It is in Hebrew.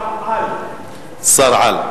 הוא שר-על.